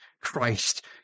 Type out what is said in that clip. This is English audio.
Christ